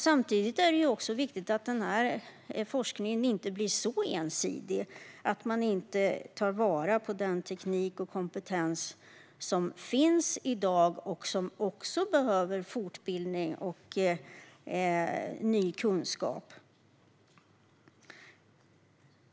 Samtidigt är det också viktigt att forskningen inte blir så ensidig att man inte tar vara på den teknik och kompetens som finns i dag och som också behöver fortbildning och ny kunskap.